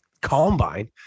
Combine